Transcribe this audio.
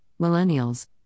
millennials